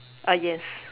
ah yes